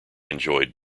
enjoyed